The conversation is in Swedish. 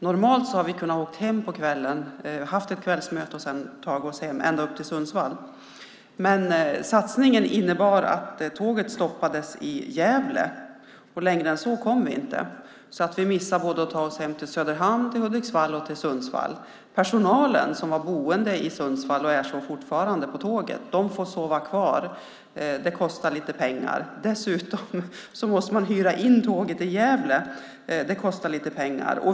Normalt har vi kunnat åka hem på kvällen efter ett möte och kunnat ta oss ända upp till Sundsvall. Men satsningen innebar att tåget stoppades i Gävle. Längre än så kom vi inte. Vi missade att ta oss hem till Söderhamn, Hudiksvall och Sundsvall. Tågpersonal som bor i Sundsvall får sova kvar. Det kostar lite pengar. Dessutom måste man hyra in tåget i Gävle. Det kostar lite pengar.